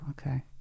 okay